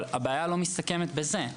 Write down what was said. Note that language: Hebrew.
אבל הבעיה לא מסתכמת בזה,